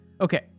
Okay